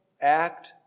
act